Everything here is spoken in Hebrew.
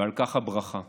ועל כך הברכה,